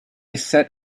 set